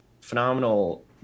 phenomenal